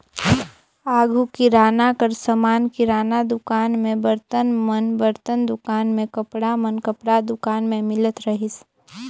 आघु किराना कर समान किराना दुकान में, बरतन मन बरतन दुकान में, कपड़ा मन कपड़ा दुकान में मिलत रहिस